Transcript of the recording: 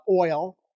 Oil